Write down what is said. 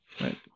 right